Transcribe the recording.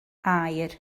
aur